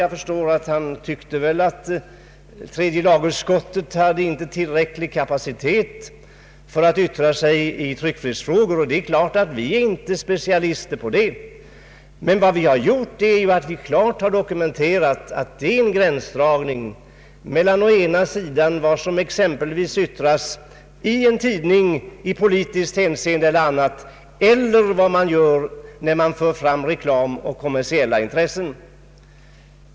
Jag förstår att herr Hernelius tyckte att tredje lagutskottet inte har tillräcklig kapacitet för att yttra sig i tryckfrihetsfrågor. Det är klart att vi inte är specialister i det avseendet. Men vad vi har gjort är att vi klart har dokumenterat en gränsdragning mellan å ena sidan vad som yttras exempelvis i en tidning i politiskt hänseende och å andra sidan vad man gör när man för fram reklam och kommersiella intressen.